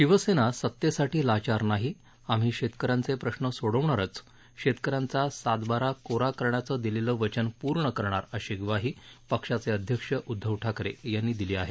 शिवेसना सतेसाठी लाचार नाही आम्ही शेतकऱ्यांचे प्रश्न सोडवणारच शेतकऱ्यांचा सातबारा कोरा करण्याचं दिलेलं वचन पूर्ण करणार अशी ग्वाही पक्षाचे अध्यक्ष उद्धव ठाकरे यांनी दिली आहे